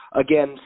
again